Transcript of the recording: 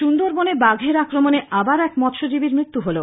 সুন্দরবনে বাঘের আক্রমণে আবার এক মৎস্যজীবীর মৃত্যু হলো